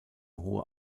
hohe